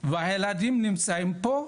והילדים נמצאים פה,